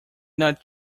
not